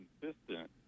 consistent